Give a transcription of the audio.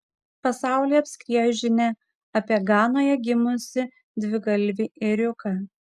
pasaulį apskriejo žinia apie ganoje gimusį dvigalvį ėriuką